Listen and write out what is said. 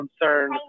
concern